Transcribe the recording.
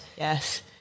Yes